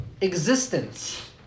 existence